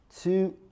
Two